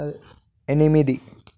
ఎనిమిది